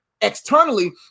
externally